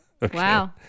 wow